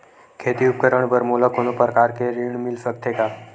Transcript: खेती उपकरण बर मोला कोनो प्रकार के ऋण मिल सकथे का?